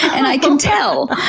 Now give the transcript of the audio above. and i can tell.